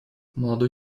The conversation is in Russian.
молодой